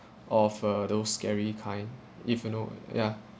of uh those scary kind if you know ya